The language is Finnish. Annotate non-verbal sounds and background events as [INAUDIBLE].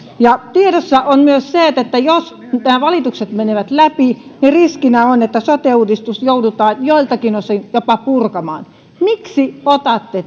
ja tiedossa on myös se että jos nämä valitukset menevät läpi riskinä on että sote uudistus joudutaan joiltakin osin jopa purkamaan miksi otatte [UNINTELLIGIBLE]